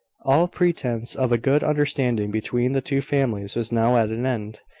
all pretence of a good understanding between the two families was now at an end.